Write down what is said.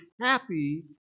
happy